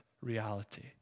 reality